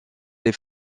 les